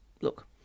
look